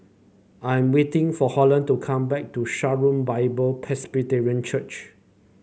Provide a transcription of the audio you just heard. I'm waiting for Holland to come back to Shalom Bible Presbyterian Church